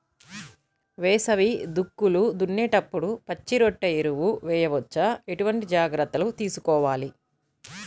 వేసవి దుక్కులు దున్నేప్పుడు పచ్చిరొట్ట ఎరువు వేయవచ్చా? ఎటువంటి జాగ్రత్తలు తీసుకోవాలి?